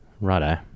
Righto